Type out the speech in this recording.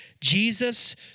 Jesus